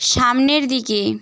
সামনের দিকে